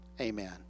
amen